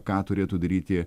ką turėtų daryti